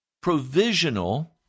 provisional